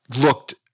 looked